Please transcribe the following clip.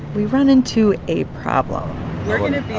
we run into a problem we're going to be